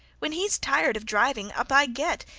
when he's tired of driving, up i get.